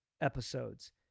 episodes